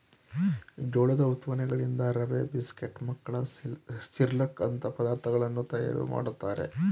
ಜೋಳದ ಉತ್ಪನ್ನಗಳಿಂದ ರವೆ, ಬಿಸ್ಕೆಟ್, ಮಕ್ಕಳ ಸಿರ್ಲಕ್ ಅಂತ ಪದಾರ್ಥಗಳನ್ನು ತಯಾರು ಮಾಡ್ತರೆ